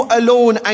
alone